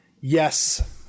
Yes